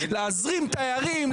להזרים תיירים,